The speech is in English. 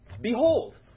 Behold